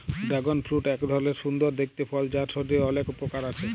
dragon fruit এক ধরলের সুন্দর দেখতে ফল যার শরীরের অলেক উপকার আছে